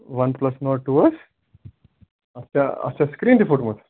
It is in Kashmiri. وَن پُلَس نوٹ ٹوٗ حظ اَتھ چھا اَتھ چھا سِکریٖن تہِ پھُٹمُت